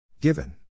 given